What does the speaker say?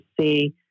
see